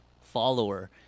follower